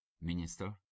minister